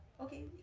okay